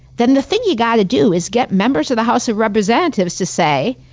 then the thing you gotta do is get members of the house of representatives to say,